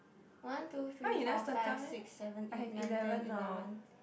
one two three four five six seven eight nine ten eleven